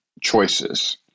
choices